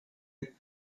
the